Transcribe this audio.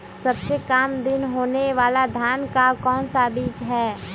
सबसे काम दिन होने वाला धान का कौन सा बीज हैँ?